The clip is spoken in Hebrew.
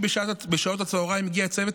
סיסמאות הניצחון, שרון, הדגלים, מגיני דוד,